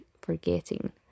forgetting